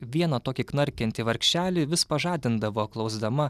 vieną tokį knarkiantį vargšelį vis pažadindavo klausdama